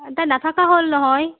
তাই নাথাকা হ'ল নহয়